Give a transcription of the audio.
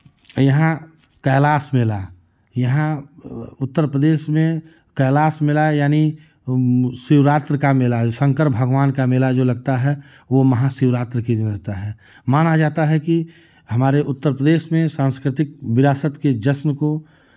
यहाँ कैलाश मेला यहाँ उत्तर प्रदेश में कैलाश मेला यानि शिवरात्रि का मेला है शंकर भगवान का मेला जो लगता है वो महाशिवरात्रि के दिन लगता है माना जाता है कि हमारे उत्तर प्रदेश में सांस्कृतिक विरासत के जश्न को